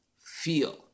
feel